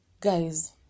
Guys